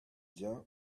junk